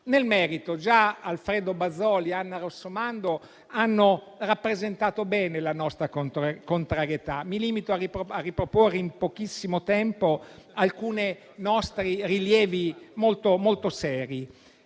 Nel merito, già i colleghi Alfredo Bazoli e Anna Rossomando hanno rappresentato bene la nostra contrarietà. Mi limito a riproporre in pochissimo tempo alcuni nostri rilievi molto seri.